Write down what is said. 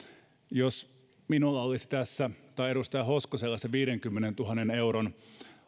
jos minulla olisi tässä tai edustaja hoskosella se viidenkymmenentuhannen euron